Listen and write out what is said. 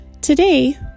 Today